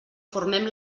formem